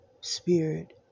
spirit